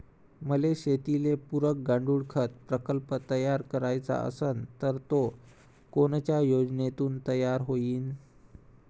मले शेतीले पुरक गांडूळखत प्रकल्प तयार करायचा असन तर तो कोनच्या योजनेतून तयार होईन?